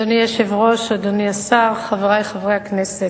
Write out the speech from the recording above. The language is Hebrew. אדוני היושב-ראש, אדוני השר, חברי חברי הכנסת,